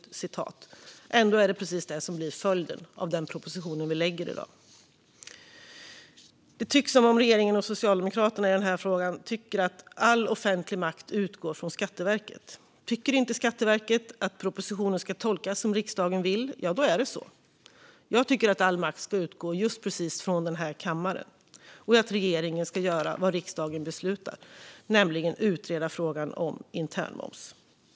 Ändå är det precis det som blir följden av den proposition som vi behandlar i dag. Det tycks som om regeringen och Socialdemokraterna i den här frågan tycker att all offentlig makt utgår från Skatteverket. Tycker inte Skatteverket att propositionen ska tolkas som riksdagen vill, ja, då är det så. Jag tycker att all makt ska utgå just precis från den här kammaren och att regeringen ska göra vad riksdagen beslutar, nämligen utreda frågan om internmoms.